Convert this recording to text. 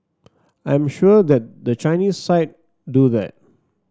I am sure that the Chinese side do that